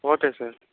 okay sir